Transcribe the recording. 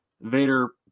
Vader